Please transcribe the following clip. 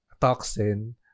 toxin